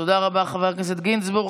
תודה רבה, חבר הכנסת גינזבורג.